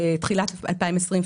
בתחילת 2020,